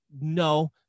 No